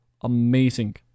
amazing